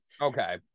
Okay